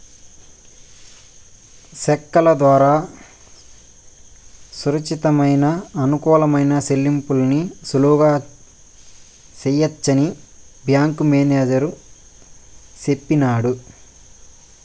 సెక్కుల దోరా సురచ్చితమయిన, అనుకూలమైన సెల్లింపుల్ని సులువుగా సెయ్యొచ్చని బ్యేంకు మేనేజరు సెప్పినాడు